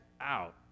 out